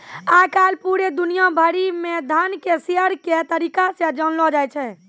आय काल पूरे दुनिया भरि म धन के शेयर के तरीका से जानलौ जाय छै